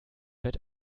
bett